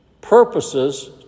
purposes